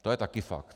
To je také fakt.